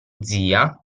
zia